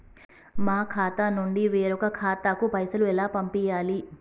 మా ఖాతా నుండి వేరొక ఖాతాకు పైసలు ఎలా పంపియ్యాలి?